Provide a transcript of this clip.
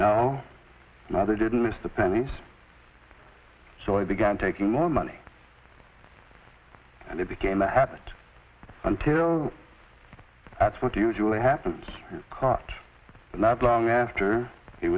mother didn't miss the pennies so i began taking more money and it became a habit until that's what usually happens but not long after he